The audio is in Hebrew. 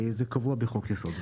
זה קבוע בחוק-יסוד.